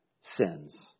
sins